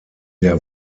der